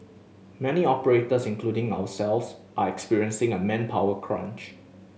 many operators including ourselves are experiencing a manpower crunch